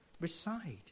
reside